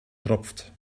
tropft